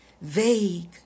vague